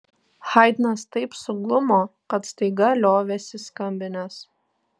haidnas taip suglumo kad staiga liovėsi skambinęs